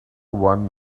one